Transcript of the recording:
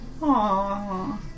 Aww